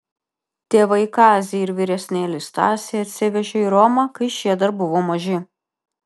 tėvai kazį ir vyresnėlį stasį atsivežė į romą kai šie dar buvo maži